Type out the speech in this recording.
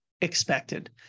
expected